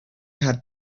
had